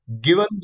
Given